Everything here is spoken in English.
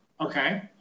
Okay